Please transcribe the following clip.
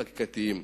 חקיקתיים.